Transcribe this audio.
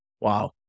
Wow